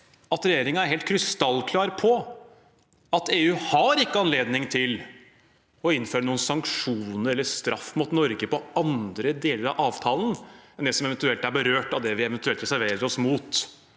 at regjeringen er helt krystallklar på at EU ikke har anledning til å innføre sanksjoner eller straff mot Norge på andre deler av avtalen enn det som kan være berørt av det vi eventuelt reserverer oss mot.